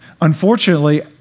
Unfortunately